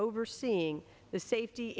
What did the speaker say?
overseeing the safety